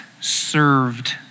served